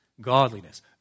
godliness